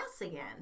again